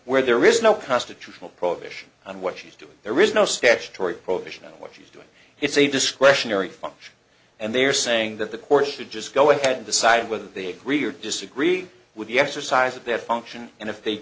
where there is no constitutional prohibition on what she's doing there is no statutory prohibition on what she is doing it's a discretionary function and they are saying that the courts should just go ahead and decide whether they agree or disagree with the exercise of their function and if they